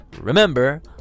remember